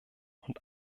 und